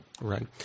Right